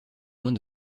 moins